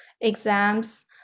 exams